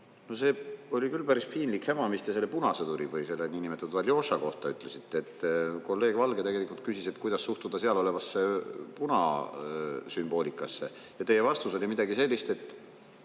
see oli küll päris piinlik häma, mis te punasõduri või selle niinimetatud Aljoša kohta ütlesite. Kolleeg Valge tegelikult küsis, kuidas suhtuda seal olevasse punasümboolikasse. Teie vastus oli midagi sellist, et